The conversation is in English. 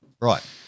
Right